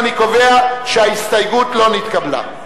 אני קובע שההסתייגות לא נתקבלה.